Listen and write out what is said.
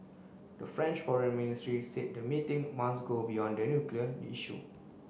the French foreign ministry said the meeting must go beyond the nuclear issue